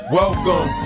welcome